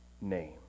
name